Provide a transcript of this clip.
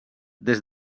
des